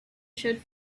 should